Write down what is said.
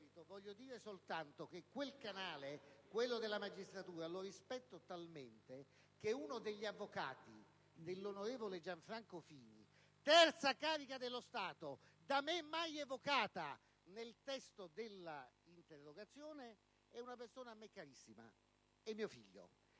Voglio dire soltanto che il canale della magistratura lo rispetto talmente che uno degli avvocati dell'onorevole Gianfranco Fini, terza carica dello Stato, da me mai evocata nel testo dell'interrogazione, è una persona a me carissima: è mio figlio.